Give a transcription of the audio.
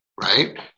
right